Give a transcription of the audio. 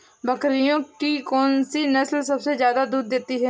बकरियों की कौन सी नस्ल सबसे ज्यादा दूध देती है?